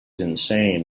insane